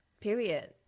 period